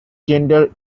gender